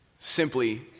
simply